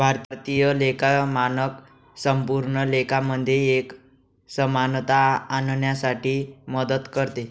भारतीय लेखा मानक संपूर्ण लेखा मध्ये एक समानता आणण्यासाठी मदत करते